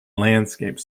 landscape